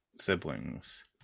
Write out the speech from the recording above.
siblings